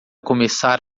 começar